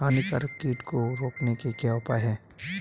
हानिकारक कीट को रोकने के क्या उपाय हैं?